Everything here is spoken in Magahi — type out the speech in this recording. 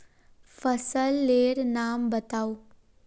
फसल लेर नाम बाताउ?